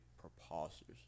preposterous